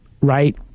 right